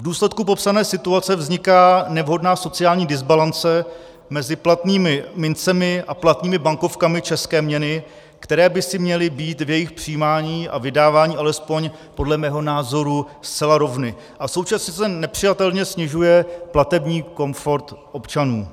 V důsledku popsané situace vzniká nevhodná sociální dysbalance mezi platnými mincemi a platnými bankovkami české měny, které by si měly být v jejich přijímání a vydávání alespoň podle mého názoru zcela rovny, a současně se nepřijatelně snižuje platební komfort občanů.